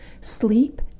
Sleep